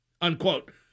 unquote